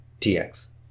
TX